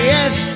Yes